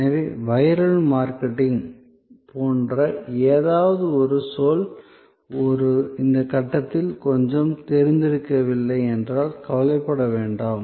எனவே viral marketing போன்ற ஏதாவது ஒரு சொல் இந்த கட்டத்தில் கொஞ்சம் தெரிந்திருக்கவில்லை என்றால் கவலைப்பட வேண்டாம்